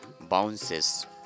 bounces